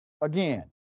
again